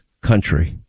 country